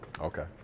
Okay